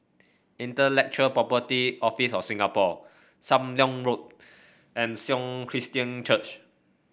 Intellectual Property Office of Singapore Sam Leong Road and Sion Christian Church